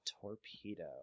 torpedo